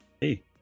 Hey